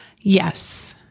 Yes